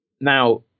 Now